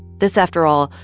this, after all,